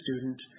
student